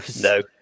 No